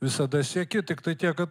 visada sieki tik tai tiek kad